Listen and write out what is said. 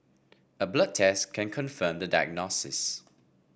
a blood test can confirm the diagnosis